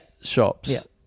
shops